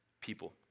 people